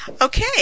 Okay